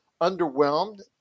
underwhelmed